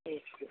okay